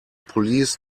police